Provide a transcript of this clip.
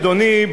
אדוני,